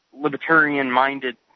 libertarian-minded